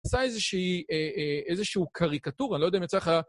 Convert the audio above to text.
עשה איזשהו קריקטורה, אני לא יודע אם יצא לך...